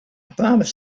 promised